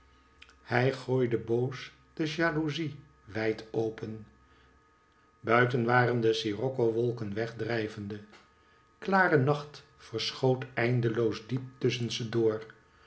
hij gooide boos de jalouzie wijd open buiten waren de scirocco wolken weg drijvende klare nacht verschoot eindeloos diep tusschen ze door